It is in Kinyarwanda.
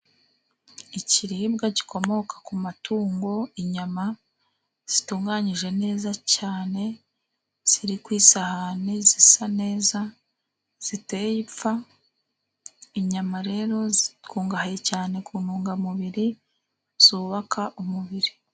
Ikiribwa gikomoka ku matungo" inyama zitunganyije neza cyane ziri ku sahani zisa neza ziteye ipfa". Inyama rero zikungahaye cyane ku ntungamubiri zubaka umubiri.